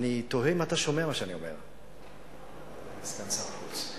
אני תוהה אם אתה שומע מה שאני אומר, סגן שר החוץ.